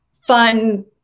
fun